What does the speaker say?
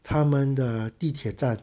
他们的地铁站